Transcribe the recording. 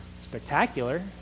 spectacular